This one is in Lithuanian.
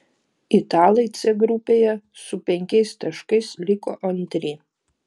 italai c grupėje su penkiais taškais liko antri